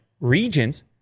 regions